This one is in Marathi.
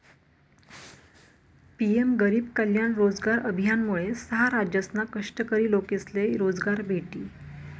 पी.एम गरीब कल्याण रोजगार अभियानमुये सहा राज्यसना कष्टकरी लोकेसले रोजगार भेटी